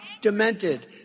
demented